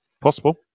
Possible